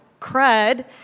crud